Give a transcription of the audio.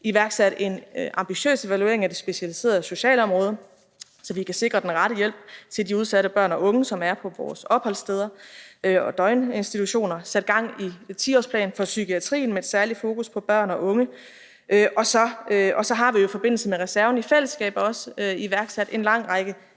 af en ambitiøs evaluering af det specialiserede socialområde, så vi kan sikre den rette hjælp til de udsatte børn og unge, som er på vores opholdssteder og døgninstitutioner; igangsættelse af en 10-årsplan for psykiatrien med et særligt fokus på børn og unge. Så har vi jo i forbindelse med reserven i fællesskab også iværksat en lang række